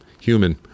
human